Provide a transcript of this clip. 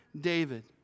David